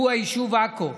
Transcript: הוא היישוב עכו.